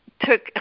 took